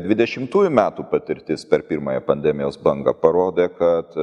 dvidešimtųjų metų patirtis per pirmąją pandemijos bangą parodė kad